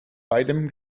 beidem